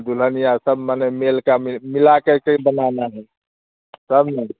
दुल्हनिया सब मने मेल का मिला कर के बनाना है तब न